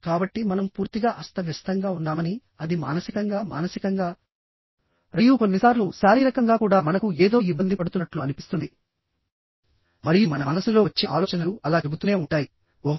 కాబట్టి మనం పూర్తిగా అస్తవ్యస్తంగా ఉన్నామని అది మానసికంగా మానసికంగా రియు కొన్నిసార్లు శారీరకంగా కూడా మనకు ఏదో ఇబ్బంది పడుతున్నట్లు అనిపిస్తుంది మరియు మన మనస్సులో వచ్చే ఆలోచనలు అలా చెబుతూనే ఉంటాయి ఓహ్